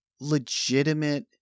legitimate